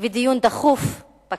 ודיון דחוף בכנסת.